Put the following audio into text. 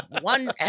One